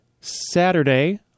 Saturday